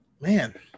man